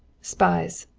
spies,